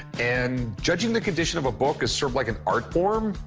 and judging the condition of a book is sort of like an art form.